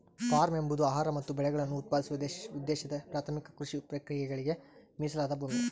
form ಎಂಬುದು ಆಹಾರ ಮತ್ತು ಬೆಳೆಗಳನ್ನು ಉತ್ಪಾದಿಸುವ ಉದ್ದೇಶದ ಪ್ರಾಥಮಿಕ ಕೃಷಿ ಪ್ರಕ್ರಿಯೆಗಳಿಗೆ ಮೀಸಲಾದ ಭೂಮಿ